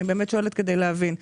אני באמת שואלת כדי להבין.